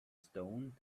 stone